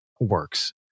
works